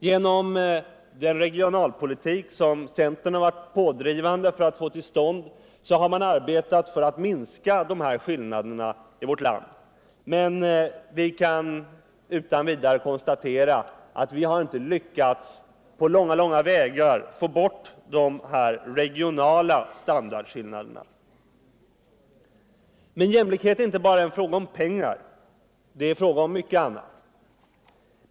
Genom den regionalpolitik som centern har drivit på har vi arbetat för att minska den här ojämna fördelningen, men vi kan utan vidare konstatera att vi inte på långa vägar har lyckats få bort de regionala standardskillnaderna. Men jämlikhet är inte bara en fråga om pengar, det är en fråga om mycket annat.